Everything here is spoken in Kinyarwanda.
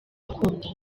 akunda